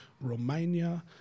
Romania